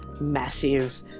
massive